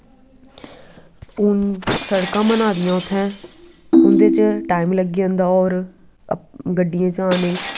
हून सड़कां बना दियां उत्थें उंदे च टाईम लग्गी जंदा होर गड्डियें च आने